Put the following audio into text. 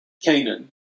Canaan